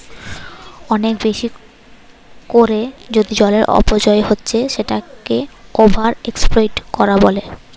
অনেক বেশি কোরে যদি জলের অপচয় হচ্ছে সেটাকে ওভার এক্সপ্লইট কোরা বলে